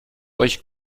euch